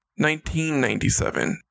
1997